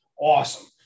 Awesome